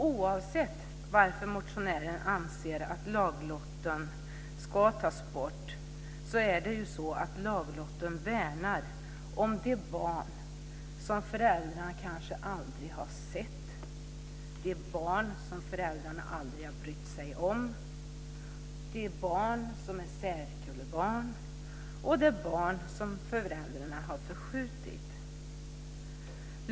Oavsett varför motionären anser att laglotten ska tas bort är det så att laglotten värnar om de barn som föräldrarna kanske aldrig har sett, de barn som föräldrarna aldrig har brytt sig om, de barn som är särkullbarn och de barn som föräldrarna har förskjutit.